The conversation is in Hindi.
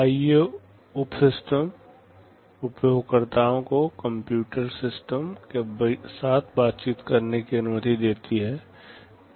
आईओ उपसिस्टम उपयोगकर्ताओं को कंप्यूटिंग सिस्टम के साथ बातचीत करने की अनुमति देती है